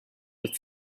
with